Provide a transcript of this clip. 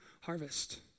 harvest